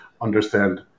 understand